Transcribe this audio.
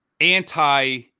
anti